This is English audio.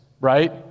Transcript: right